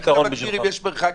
איך אתם מגדירים את המרחק?